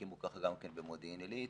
הקימו כך גם כן במודיעין עילית,